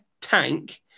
tank